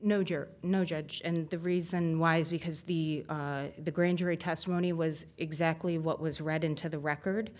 no juror no judge and the reason why is because the the grand jury testimony was exactly what was read into the record